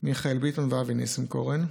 מיכאל ביטון ואבי ניסנקורן,